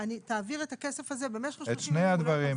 תעביר את הכסף הזה במשך שלושים ימים --- את שני הדברים,